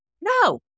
No